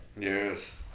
Yes